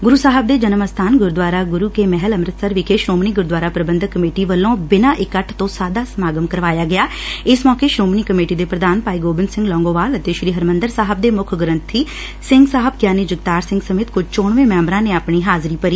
ਗੁਰੁ ਸਾਹਿਬ ਦੇ ਜਨਮ ਅਸਥਾਨ ਗੁਰੁਦੁਆਰਾ ਗੁਰੁ ਕੇ ਮਹਿਲ ਅੰਮ੍ਰਿਤਸਰ ਵਿਖੇ ਸ੍ਰੋਮਣੀ ਗੁਰੁਦੁਆਰਾ ਪ੍ਰਬੰਧਕ ਕਮੇਟੀ ਵਲੋਂ ਬਿਨਾ ਇਕੱਠ ਤੋਂ ਸਾਦਾ ਸਮਾਗਮ ਕਰਾਇਆ ਗਿਆ ਇਸ ਮੌਕੇ ਸ਼ੋਮਣੀ ਕਮੇਟੀ ਦੇ ਪ੍ਰਧਾਨ ਭਾਈ ਗੋਬਿੰਦ ਸਿੰਘ ਲੋਗੋਵਾਲ ਅਤੇ ਸ਼੍ਹੀ ਹਰਿੰਦਰ ਸਾਹਿਬ ਦੇ ਮੁੱਖ ਗ੍ਰੰਥੀ ਸਿੰਘ ਸਾਹਿਬ ਗਿਆਨੀ ਜਗਤਾਰ ਸਿੰਘ ਸਮੇਟ ਕੁਝ ਚੋਣਵੇ ਸੈਂਬਰਾਂ ਨੇ ਆਪਣੀ ਹਾਜਰੀ ਭਰੀ